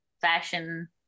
Fashion